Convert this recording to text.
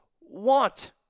want